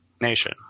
nation